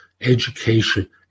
education